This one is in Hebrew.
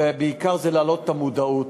ובעיקר להעלות את המודעות,